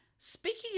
Speaking